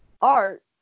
art